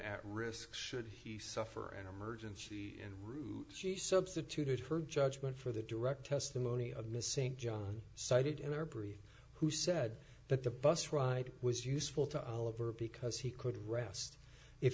at risk should he suffer an emergency and she substituted her judgment for the direct testimony of ms st john cited in our brief who said that the bus ride was useful to oliver because he could rest if